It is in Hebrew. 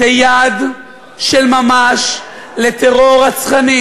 זו יד של ממש לטרור רצחני,